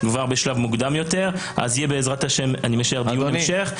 אני משער שיהיה דיון המשך.